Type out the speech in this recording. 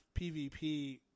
PvP